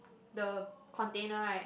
the container right